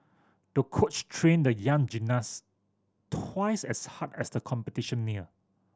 the coach trained the young gymnast twice as hard as the competition neared